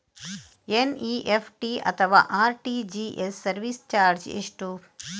NEFT ಅಥವಾ RTGS service charge ಎಷ್ಟು?